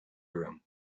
groom